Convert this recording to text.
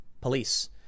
police